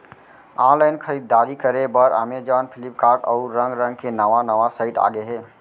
online खरीददारी करे बर अमेजॉन, फ्लिपकार्ट, अउ रंग रंग के नवा नवा साइट आगे हे